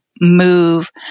move